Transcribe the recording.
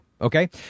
Okay